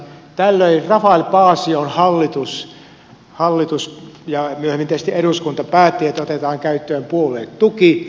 tällöin rafael paasion hallitus ja myöhemmin tietysti eduskunta päätti että otetaan käyttöön puoluetuki